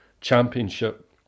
Championship